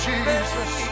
Jesus